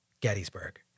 Gettysburg